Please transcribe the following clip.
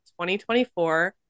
2024